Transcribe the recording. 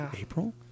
April